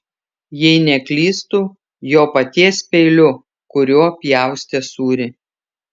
jei neklystu jo paties peiliu kuriuo pjaustė sūrį